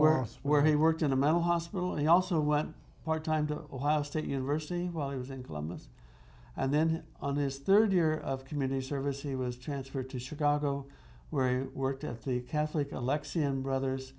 worse where he worked in a mental hospital and he also went part time to ohio state university while he was in columbus and then on his third year of community service he was transferred to chicago where he worked at the catholic aleck's in brothers